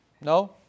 No